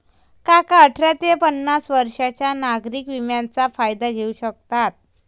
काका अठरा ते पन्नास वर्षांच्या नागरिक विम्याचा फायदा घेऊ शकतात